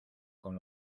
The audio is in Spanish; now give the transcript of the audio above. con